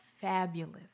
fabulous